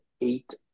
eight